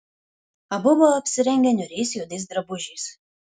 abu buvo apsirengę niūriais juodais drabužiais